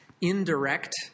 indirect